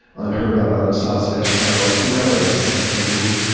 unheard of on the south side of chicago. i came out when i was sixteen.